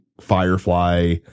Firefly